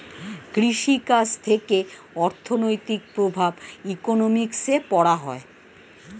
কৃষি কাজ থেকে অর্থনৈতিক প্রভাব ইকোনমিক্সে পড়া হয়